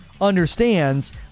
understands